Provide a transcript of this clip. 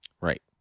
right